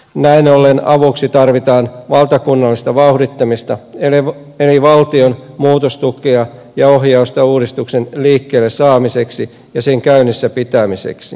näin ollen avuksi tarvitaan valtakunnallista vauhdittamista eli valtion muutostukea ja ohjausta uudistuksen liikkeelle saamiseksi ja sen käynnissä pitämiseksi